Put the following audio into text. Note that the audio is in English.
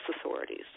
authorities